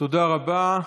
תודה רבה.